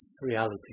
reality